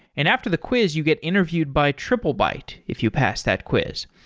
and after the quiz you get interviewed by triplebyte if you pass that quiz.